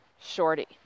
shorty